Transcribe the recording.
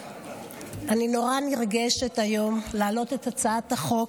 אני נורא נרגשת היום להעלות את הצעת החוק